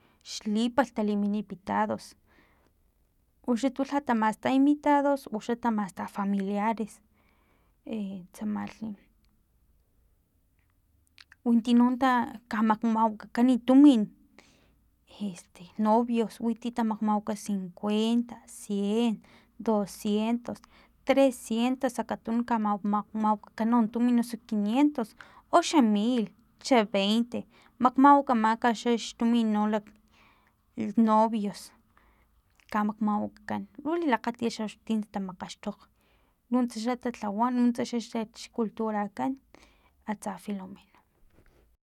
Xlipalh talimin invitados uxa tulha tamasta invitados uxa tamasta familiares etsamalhi winti no ta kamakgmawakakan tumin este novios witi tamakgmawaka cincuenta, cien. docientos, trecientos akatun ka makgmawakakan tumin osu quinientos oxa mil xa veite mak mawakamak xax tumin lak novios ka makwakakan lu lilakgatit ti tamakgaxtokg nuts talhawa nuntsa xcultura kan atsa filomeno